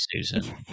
Susan